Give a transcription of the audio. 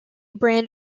brand